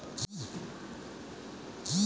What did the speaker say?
अपने बैंक खाते की लिमिट कैसे जान सकता हूं?